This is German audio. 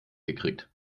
gekriegt